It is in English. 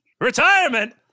Retirement